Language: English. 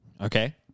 Okay